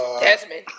Desmond